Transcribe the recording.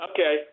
Okay